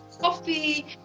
coffee